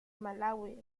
malawi